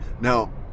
Now